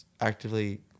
actively